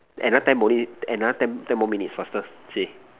another ten another ten ten more minutes faster say